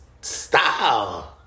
style